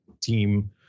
team